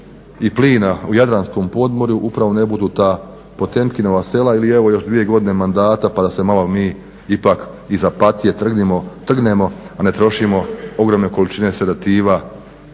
i plina u jadranskom podmorju upravo ne budu ta Potemkinova sela ili evo još 2 godine mandata pa da se malo mi ipak iz apatije trgnemo, a ne trošimo ogromne količine sedativa